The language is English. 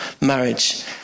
marriage